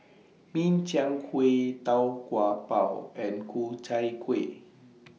Min Chiang Kueh Tau Kwa Pau and Ku Chai Kueh